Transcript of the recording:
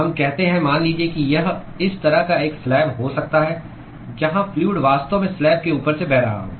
तो हम कहते हैं मान लीजिए कि यह इस तरह का एक स्लैब हो सकता है जहां फ्लूअड वास्तव में स्लैब के ऊपर से बह रहा हो